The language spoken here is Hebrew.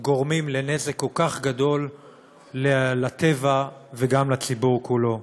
גורמים לנזק כל כך גדול לטבע וגם לציבור כולו.